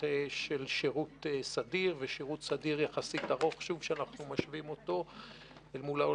של שירות סדיר ארוך יחסית בהשוואה לעולם,